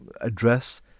address